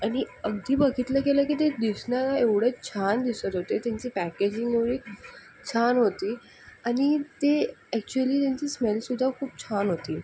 आणि अगदी बघितलं गेलं की ते दिसण्याला एवढं छान दिसत होते त्यांची पॅकेजिंग एवढी छान होती आणि ती एक्चुअल्ली त्यांची स्मेलसुद्धा खूप छान होती